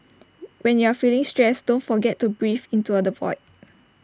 when you are feeling stressed out don't forget to breathe into A the void